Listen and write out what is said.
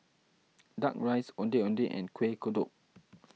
Duck Rice Ondeh Ondeh and Kuih Kodok